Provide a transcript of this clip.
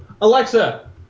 Alexa